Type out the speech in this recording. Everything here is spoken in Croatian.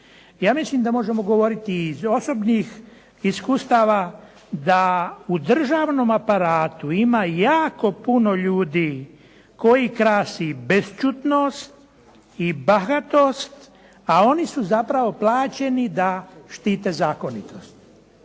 ja mislim da možemo govoriti i iz osobnih iskustava da u državnom aparatu ima jako puno ljudi koje krasi bešćutnost i bahatost, a oni su zapravo plaćeni da štite zakonitost.